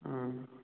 ꯑꯥ